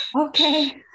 Okay